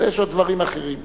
אבל יש עוד דברים אחרים בוודאי.